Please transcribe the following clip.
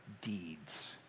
deeds